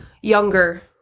younger